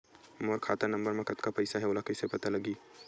मोर खाता नंबर मा कतका पईसा हे ओला कइसे पता लगी?